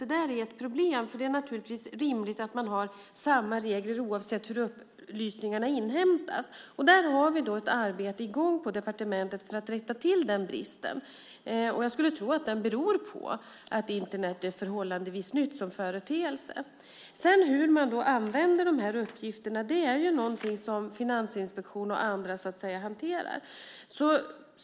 Det där är ett problem, för det är naturligtvis rimligt att man har samma regler oavsett hur upplysningarna inhämtas. Där har vi ett arbete i gång på departementet för att rätta till den bristen. Jag skulle tro att den beror på att Internet är förhållandevis nytt som företeelse. Hur man sedan använder de här uppgifterna är något som Finansinspektionen och andra hanterar.